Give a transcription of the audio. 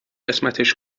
قسمتش